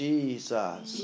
Jesus